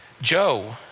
Joe